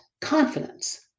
confidence